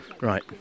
Right